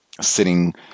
sitting